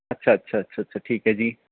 ਅੱਛਾ ਅੱਛਾ ਅੱਛਾ ਅੱਛਾ ਠੀਕ ਹੈ ਜੀ